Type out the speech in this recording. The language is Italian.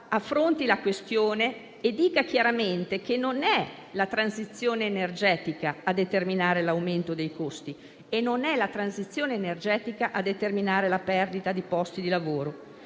affronti la questione e dica chiaramente che non è la transizione energetica a determinare l'aumento dei costi, non è la transizione energetica a determinare la perdita di posti di lavoro;